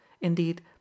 indeed